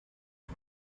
and